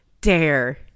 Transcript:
dare